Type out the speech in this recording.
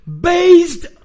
based